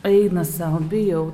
eina sau bijau